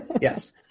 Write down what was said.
Yes